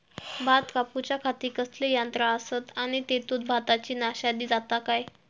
भात कापूच्या खाती कसले यांत्रा आसत आणि तेतुत भाताची नाशादी जाता काय?